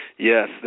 Yes